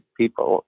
people